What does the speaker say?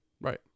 Right